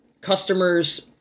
customers